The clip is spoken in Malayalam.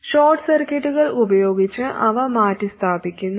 ഷോർട്ട് സർക്യൂട്ടുകൾ ഉപയോഗിച്ച് അവ മാറ്റിസ്ഥാപിക്കുന്നു